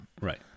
Right